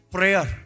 Prayer